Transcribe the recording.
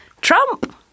Trump